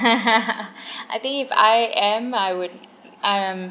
I think if I am I would um